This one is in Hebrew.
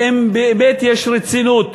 ואם באמת יש רצינות,